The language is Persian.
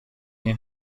این